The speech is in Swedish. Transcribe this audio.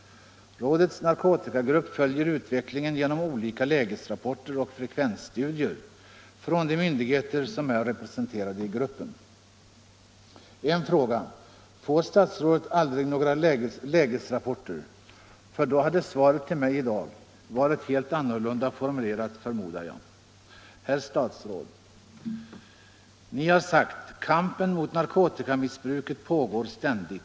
Rådets narkotikagrupp följer utvecklingen genom olika lägesrapporter och frekvensstudier från de myndigheter som är representerade i gruppen.” En fråga: Får statsrådet aldrig några lägesrapporter? Om statsrådet fått sådana hade svaret till mig här i dag varit helt annorlunda, förmodar jag. Herr statsråd! Ni har sagt att kampen mot narkotikamissbruket pågår ständigt.